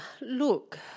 look